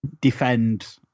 defend